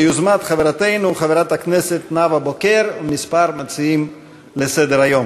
ביוזמת חברתנו חברת הכנסת נאוה בוקר וכמה מציעים של ההצעה לסדר-היום.